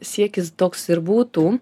siekis toks ir būtų